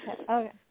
okay